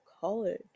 college